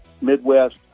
Midwest